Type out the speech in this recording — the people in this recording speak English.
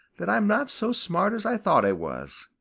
that i'm not so smart as i thought i was,